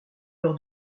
lors